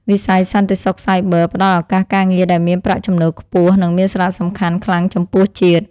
វិស័យសន្តិសុខសាយប័រផ្តល់ឱកាសការងារដែលមានប្រាក់ចំណូលខ្ពស់និងមានសារៈសំខាន់ខ្លាំងចំពោះជាតិ។